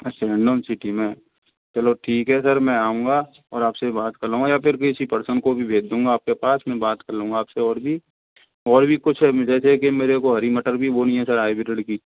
अच्छा हिंडौन सिटी में चलो ठीक है सर आऊँगा और आप से बात कर लूँगा ये फिर किसी पर्सन को भी भेज दूँगा आपके पास मैं बात कर लूँगा आपसे और भी और भी कुछ जैसे कि मेरे को हरी मटर भी बोनी है सर हाइब्रिड कि